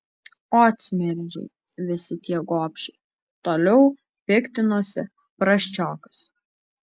ot smirdžiai visi tie gobšiai toliau piktinosi prasčiokas